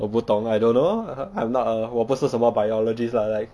我不懂 I don't know I'm not a 我不是什么 biologist lah like